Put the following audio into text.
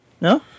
no